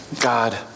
God